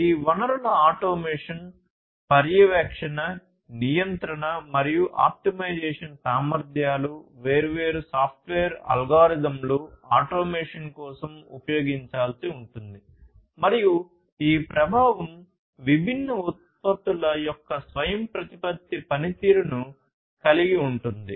ఈ వనరుల ఆటోమేషన్ పర్యవేక్షణ నియంత్రణ మరియు ఆప్టిమైజేషన్ సామర్థ్యాలు వేర్వేరు సాఫ్ట్వేర్ అల్గోరిథంలు ఆటోమేషన్ కోసం ఉపయోగించాల్సి ఉంటుంది మరియు ఈ ప్రభావం విభిన్న ఉత్పత్తుల యొక్క స్వయంప్రతిపత్తి పనితీరును కలిగి ఉంటుంది